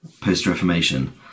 post-reformation